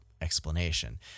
explanation